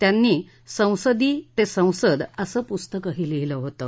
त्यांनी संसदी ते संसद असं पुस्तकही लिहिलं होतं